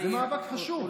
זה מאבק חשוב.